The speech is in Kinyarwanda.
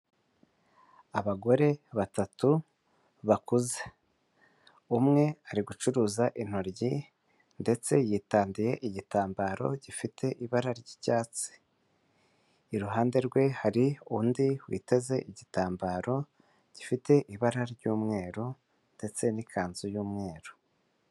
Abagore batatu bakuze; umwe ari gucuruza intoryi ndetse yitadiye igitambaro gifite ibara ry'icyatsi. Iruhande rwe hari undi witeze igitambaro gifite ibara ry'umweru ndetse n'ikanzu y'umweru.